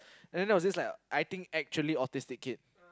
and then there was this like I think actually autistic kid